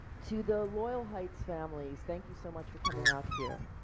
to the loyal heights families, thank you so much for coming out here.